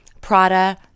Prada